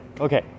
okay